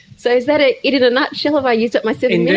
so is that it it in a nutshell? have i used up my seven yeah